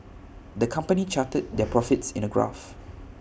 the company charted their profits in A graph